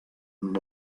amb